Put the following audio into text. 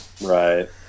Right